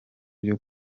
byo